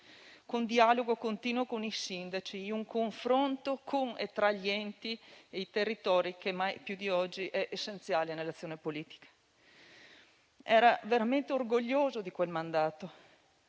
con dialogo continuo con i sindaci, in un confronto con e tra gli enti e i territori che, mai più di oggi, è essenziale nell'azione politica. Era veramente orgoglioso di quel mandato,